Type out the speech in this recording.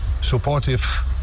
supportive